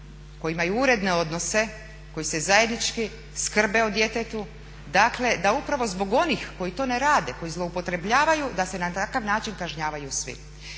koji imaju uredne odnose, koji se zajednički skrbe o djetetu da upravo zbog onih koji to ne rade, koji zloupotrebljavaju da se na takav način kažnjavaju svi.